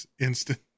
instant